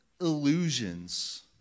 illusions